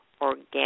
organic